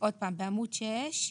עוד פעם, בעמוד שש.